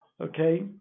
Okay